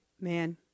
man